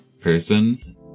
person